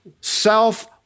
self